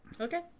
Okay